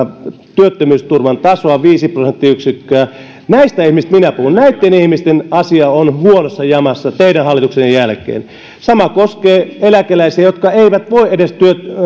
työttömyysturvan tasoa viisi prosenttiyksikköä näistä ihmisistä minä puhun näitten ihmisten asia on huonossa jamassa teidän hallituksenne jälkeen sama koskee eläkeläisiä jotka eivät edes voi